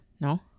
No